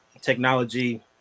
technology